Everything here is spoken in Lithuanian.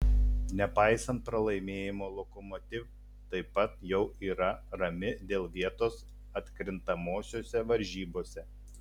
nepaisant pralaimėjimo lokomotiv taip pat jau yra rami dėl vietos atkrintamosiose varžybose